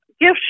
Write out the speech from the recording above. gift